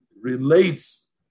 relates